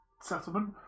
settlement